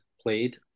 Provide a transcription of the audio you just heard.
played